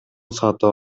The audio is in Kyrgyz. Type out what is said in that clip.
сатып